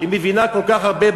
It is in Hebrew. היא מבינה כל כך הרבה בהלכה?